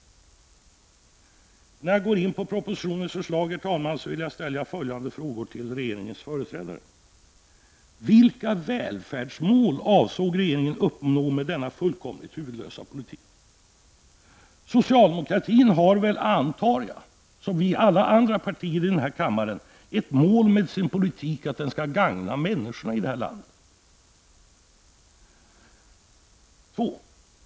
Innan jag går in på propositionens förslag, vill jag ställa följande frågor till regeringens företrädare: Vilka välfärdsmål avsåg regeringen att uppnå med denna fullkomligt huvudlösa politik? Socialdemokratiska partiet har väl, antar jag, liksom alla andra partier i riksdagen ett mål med sin politik, nämligen att den skall gagna människorna i detta land.